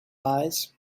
eyes